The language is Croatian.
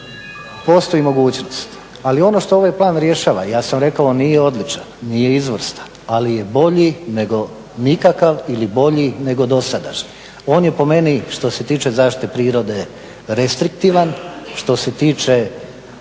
postoji mogućnost. Ali ono što ovaj plan rješava, ja sam rekao on nije odličan, nije izvrstan ali je bolji nego nikakav ili bolji nego dosadašnji. On je po meni, što se tiče zaštite prirode, restriktivan. Što se tiče